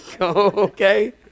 okay